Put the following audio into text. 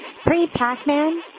pre-Pac-Man